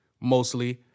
mostly